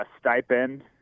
stipend